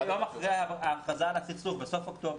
זה התחיל יום אחרי ההכרזה על הסכסוך, בסוף אוגוסט.